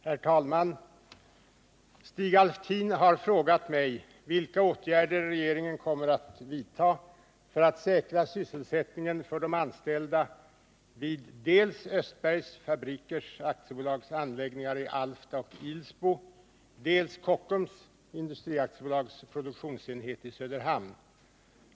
Herr talman! Stig Alftin har frågat mig vilka åtgärder regeringen kommer att vidta för att säkra sysselsättningen för de anställda vid dels Östbergs Fabriks Aktiebolags anläggningar i Alfta och Ilsbo, dels Kockums Industri Aktiebolags produktionsenhet i Söderhamn.